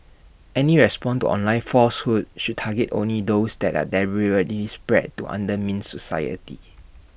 any response to online falsehoods should target only those that are deliberately spread to undermine society